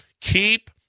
Keep